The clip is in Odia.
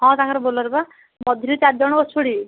ହଁ ତାଙ୍କର ବୋଲେରୋ ପା ମଝିରେ ଚାରିଜଣ ବସି ପଡ଼ିବେ